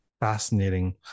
Fascinating